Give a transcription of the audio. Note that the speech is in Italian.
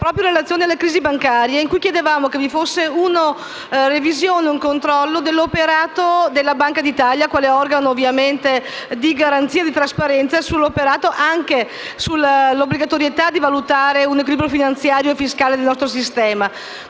proprio in relazione alla crisi bancaria, in cui chiedevamo che vi fossero una revisione e un controllo dell'operato della Banca d'Italia, quale organo di garanzia e di trasparenza e sull'obbligatorietà di valutare un equilibrio finanziario e fiscale nel nostro sistema.